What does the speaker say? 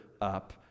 up